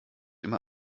immer